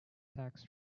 tax